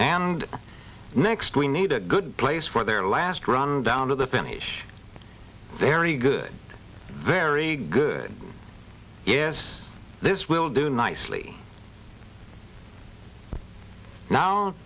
and next we need a good place for their last run down to the finish very good very good yes this will do nicely now